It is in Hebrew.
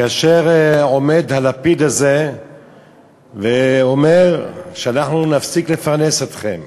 כאשר עומד הלפיד הזה ואומר "אנחנו נפסיק לפרנס אתכם",